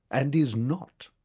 and is not.